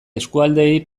eskualdeei